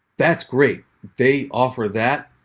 that's great. they offer that.